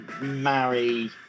Marry